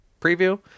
preview